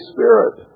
Spirit